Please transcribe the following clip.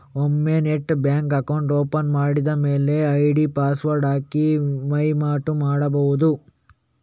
ಒಮ್ಮೆ net bank account open ಮಾಡಿದ ಮೇಲೆ ಐಡಿ ಪಾಸ್ವರ್ಡ್ ಹಾಕಿ ವೈವಾಟು ಮಾಡ್ಬಹುದು